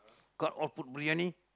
cut all put briyani